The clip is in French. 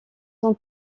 son